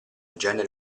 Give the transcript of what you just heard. genere